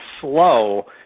slow